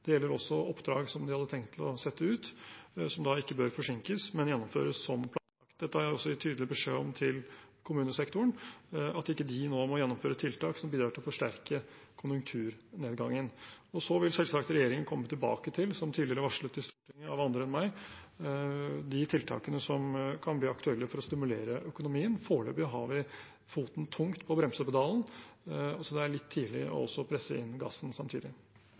Det gjelder også oppdrag som de hadde tenkt å sette ut, som ikke bør forsinkes, men gjennomføres som planlagt. Dette har jeg også gitt tydelig beskjed om til kommunesektoren, at ikke de nå må gjennomføre tiltak som bidrar til å forsterke konjunkturnedgangen. Så vil selvsagt regjeringen komme tilbake til – som tidligere varslet i Stortinget av andre enn meg – de tiltakene som kan bli aktuelle for å stimulere økonomien. Foreløpig har vi foten tungt på bremsepedalen, så det er litt tidlig å presse inn gassen samtidig.